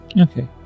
Okay